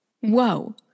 Whoa